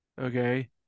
Okay